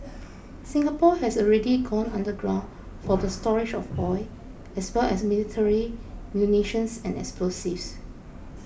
Singapore has already gone underground for the storage of oil as well as military munitions and explosives